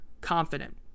confident